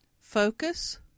Focus